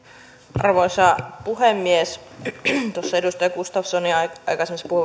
arvoisa puhemies edustaja gustafssonin aikaisemmassa